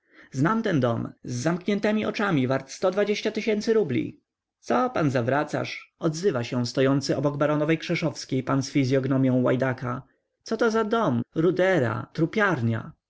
znam ten dom z zamkniętemi oczami wart sto dwadzieścia tysięcy rubli co pan zawracasz odzywa się stojący obok baronowej krzeszowskiej pan z fizyognomią łajdaka coto za dom rudera trupiarnia pan